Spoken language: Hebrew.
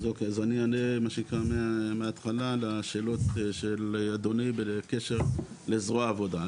אז אני אענה מההתחלה לשאלות של אדוני ולקשר של זרוע העבודה.